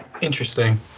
Interesting